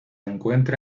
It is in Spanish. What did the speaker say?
encuentra